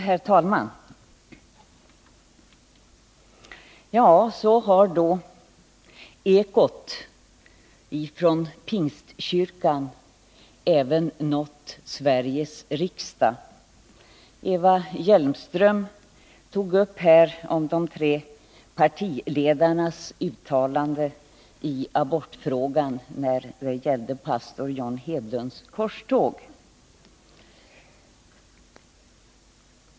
Herr talman! Ja, så har då ekot från Pingstkyrkan nått även Sveriges riksdag. Eva Hjelmström tog här upp de tre partiledarnas uttalanden i abortfrågan i samband med pastor John Hedlunds korståg.